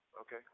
Okay